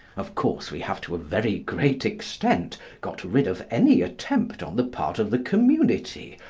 of course, we have to a very great extent got rid of any attempt on the part of the community,